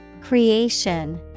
Creation